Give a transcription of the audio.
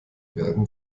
werden